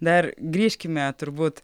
dar grįžkime turbūt